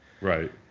Right